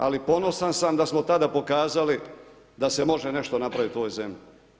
Ali ponosan sam da smo tada pokazali da se može nešto napraviti u ovoj zemlji.